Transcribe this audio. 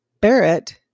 Barrett